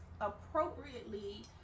appropriately